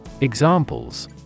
Examples